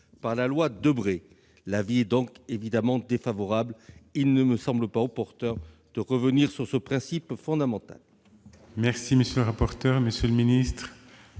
de la commission est donc évidemment défavorable : il ne me semble pas opportun de revenir sur ce principe fondamental.